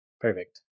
Perfect